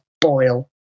boil